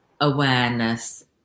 awareness